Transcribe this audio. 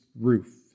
roof